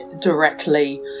directly